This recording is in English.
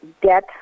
get